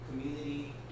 community